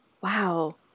Wow